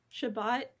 Shabbat